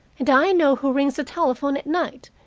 and i know who rings the telephone at night.